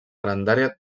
grandària